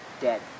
dead